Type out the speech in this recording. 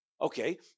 Okay